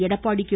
Edappadi K